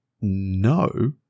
no